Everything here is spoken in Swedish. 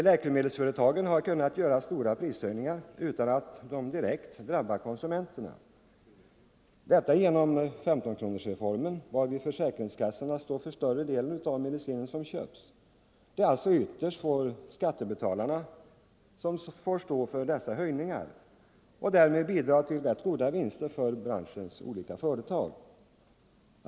Läkemedelsföretagen har kunnat företa sina prishöjningar utan att dessa direkt drabbar konsumenterna, beroende på 15-kronorsreformen, som innebär att försäkringskassorna står för större delen av kostnaderna för den medicin som köps. Det är alltså ytterst skattebetalarna som får betala dessa prishöjningar och därmed bidra till de rätt goda vinsterna för branschens olika företag.